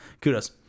kudos